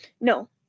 no